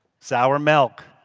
sour milk.